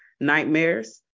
nightmares